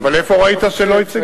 אבל איפה ראית שלא הציגו את זה?